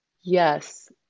Yes